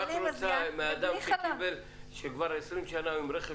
מה את רוצה מאדם שכבר 20 שנים הוא עם רכב